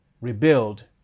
Rebuild